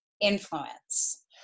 influence